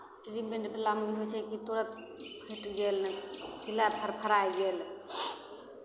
रेडीमेडवलामे ई होइ छै कि तुरन्त टुटि गेल सिलाइ फड़फड़ाय गेल